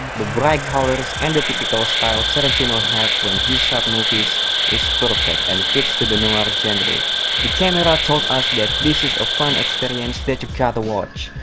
the bright colors and the typical stile tarantino have when he shot movies is perfect. and fits to the noir genre. and the but camera told us that this is a fun experience that you gotta watch.